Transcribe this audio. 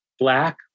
black